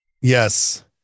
Yes